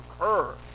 occur